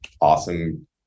awesome